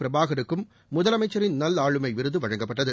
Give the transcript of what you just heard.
பிரபாகருக்கும் முதலமைச்சரின் நல்ஆளுமை விருது வழங்கப்பட்டது